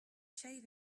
shave